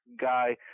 guy